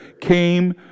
came